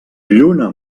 lluna